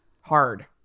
hard